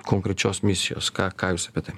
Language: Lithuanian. konkrečios misijos ką ką jūs apie tai